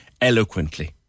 eloquently